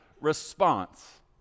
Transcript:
response